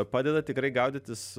padeda tikrai gaudytis